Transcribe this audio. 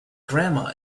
grandma